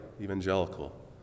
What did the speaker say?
evangelical